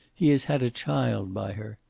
he has had a child by her.